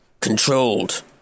controlled